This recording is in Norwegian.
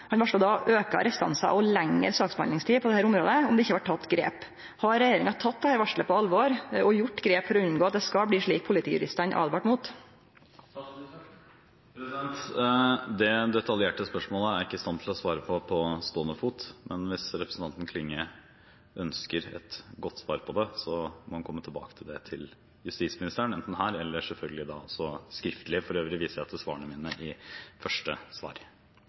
Han varsla då auka restansar og lengre saksbehandlingstid på dette området om det ikkje vart teke grep. Har regjeringa teke dette varselet på alvor og gjort grep for å unngå at det skal bli slik politijuristane åtvara mot? Det detaljerte spørsmålet er jeg ikke i stand til å svare på på stående fot. Hvis representanten Klinge ønsker et godt svar på det, må hun komme tilbake til det overfor justisministeren, enten her eller, selvfølgelig, skriftlig. For øvrig viser jeg til svarene mine i første svar.